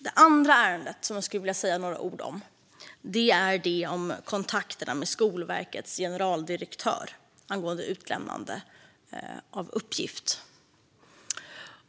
Det andra ärendet som jag skulle vilja säga några ord om är det om kontakterna med Skolverkets generaldirektör angående utlämnande av uppgift.